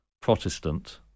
Protestant